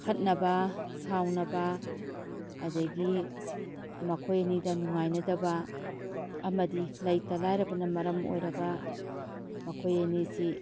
ꯈꯠꯅꯕ ꯁꯥꯎꯅꯕ ꯑꯗꯒꯤ ꯃꯈꯣꯏ ꯑꯅꯤꯗ ꯅꯨꯡꯉꯥꯏꯅꯗꯕ ꯑꯃꯗꯤ ꯂꯩꯇ ꯂꯥꯏꯔꯕꯅ ꯃꯔꯝ ꯑꯣꯏꯔꯒ ꯃꯈꯣꯏ ꯑꯅꯤꯁꯤ